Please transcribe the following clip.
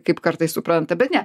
kaip kartais supranta bet ne